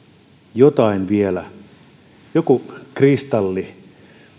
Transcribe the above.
jotain vielä kristallisoituisi